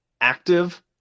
active